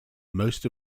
most